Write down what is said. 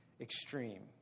extreme